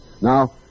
Now